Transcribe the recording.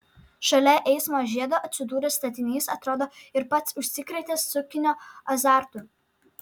šalia eismo žiedo atsidūręs statinys atrodo ir pats užsikrėtė sukinio azartu